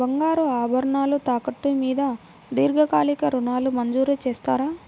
బంగారు ఆభరణాలు తాకట్టు మీద దీర్ఘకాలిక ఋణాలు మంజూరు చేస్తారా?